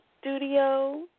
studio